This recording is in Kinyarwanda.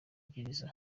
gereza